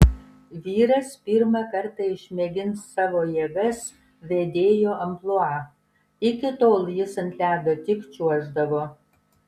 vyras pirmą kartą išmėgins savo jėgas vedėjo amplua iki tol jis ant ledo tik čiuoždavo